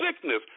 sickness